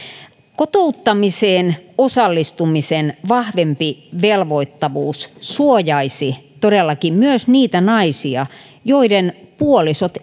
kotouttamiseen osallistumisen vahvempi velvoittavuus suojaisi todellakin myös niitä naisia joiden puolisot